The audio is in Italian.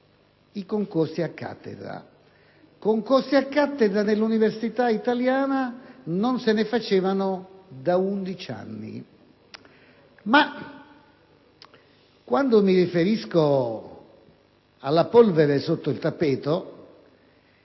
i concorsi a cattedra; concorsi a cattedra nell'università italiana non se ne facevano da undici anni. Ma quando mi riferisco alla polvere sotto il tappeto